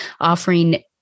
offering